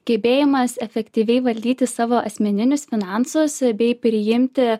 gebėjimas efektyviai valdyti savo asmeninius finansus bei priimti